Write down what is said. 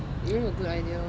it is a good idea